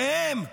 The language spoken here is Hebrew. זה הם.